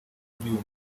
by’uyu